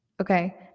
Okay